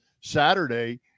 Saturday